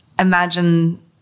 imagine